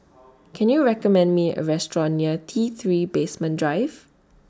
Can YOU recommend Me A Restaurant near T three Basement Drive